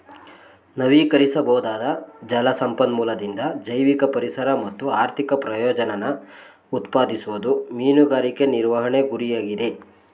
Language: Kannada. ನವೀಕರಿಸಬೊದಾದ ಜಲ ಸಂಪನ್ಮೂಲದಿಂದ ಜೈವಿಕ ಪರಿಸರ ಮತ್ತು ಆರ್ಥಿಕ ಪ್ರಯೋಜನನ ಉತ್ಪಾದಿಸೋದು ಮೀನುಗಾರಿಕೆ ನಿರ್ವಹಣೆ ಗುರಿಯಾಗಿದೆ